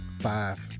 Five